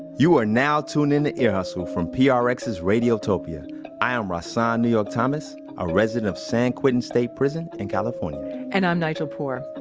you are now tuned in the ear hustle from ah prx's radiotopia i am rahsaan new york thomas, a resident of san quentin state prison in california and i'm nigel poor. and